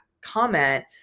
comment